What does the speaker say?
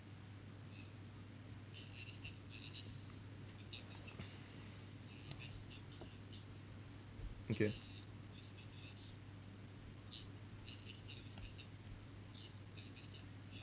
okay